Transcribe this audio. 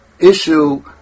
issue